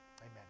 amen